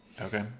okay